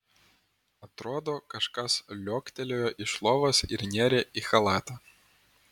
atrodo kažkas liuoktelėjo iš lovos ir nėrė į chalatą